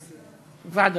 ועדה.